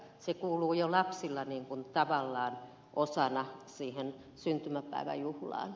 se kuuluu jo lapsilla tavallaan osana syntymäpäiväjuhlaan